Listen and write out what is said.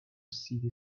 city